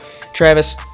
Travis